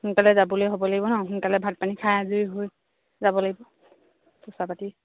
সোনকালে যাবলৈ হ'ব লাগিব ন সোনকালে ভাত পানী খাই আজৰি হৈ যাব লাগিব পইচা পাতি